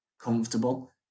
comfortable